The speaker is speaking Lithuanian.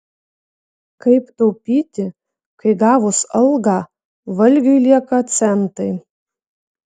kaip taupyti kai gavus algą valgiui lieka centai